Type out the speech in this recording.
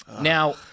now